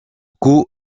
coût